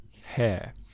hair